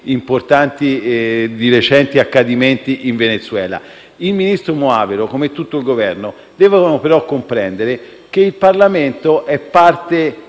importante nonché sui recenti accadimenti in Venezuela. Il ministro Moavero Milanesi, come tutto il Governo, deve comprendere che il Parlamento è parte